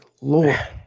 Lord